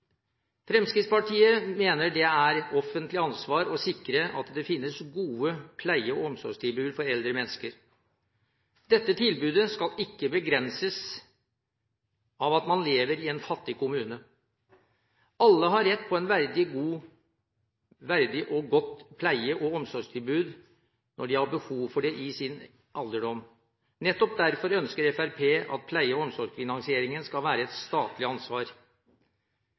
Fremskrittspartiet mener det er et offentlig ansvar å sikre at det finnes gode pleie- og omsorgstilbud for eldre mennesker. Dette tilbudet skal ikke begrenses fordi man lever i en fattig kommune. Alle har rett til et verdig og godt pleie- og omsorgstilbud når de i sin alderdom har behov for det. Nettopp derfor ønsker Fremskrittspartiet at pleie- og omsorgsfinansieringen skal være et statlig ansvar,